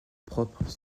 propre